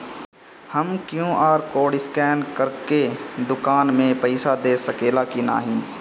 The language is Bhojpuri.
हम क्यू.आर कोड स्कैन करके दुकान में पईसा दे सकेला की नाहीं?